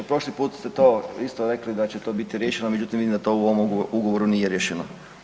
Prošli put ste to isto rekli da će to biti riješeno, međutim vidim da to u ovom ugovoru nije riješeno.